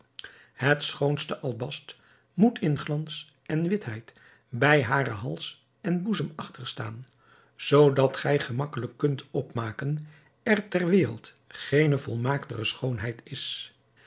het schoonste albast moet in glans en witheid bij haren hals en boezem achterstaan zoodat gij gemakkelijk kunt opmaken er ter wereld geene volmaaktere schoonheid is